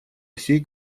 всей